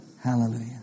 Hallelujah